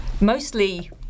mostly